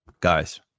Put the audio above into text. guys